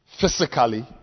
physically